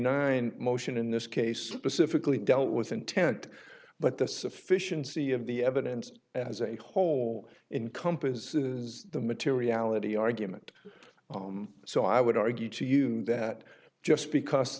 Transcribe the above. nine motion in this case pacifically dealt with intent but the sufficiency of the evidence as a whole in compass is the materiality argument so i would argue to you that just because